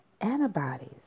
Antibodies